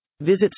Visit